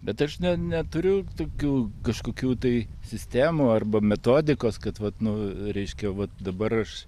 bet aš ne ne neturiu tokių kažkokių tai sistemų arba metodikos kad vat nu reiškia vat dabar aš